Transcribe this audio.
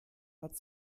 hat